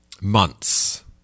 months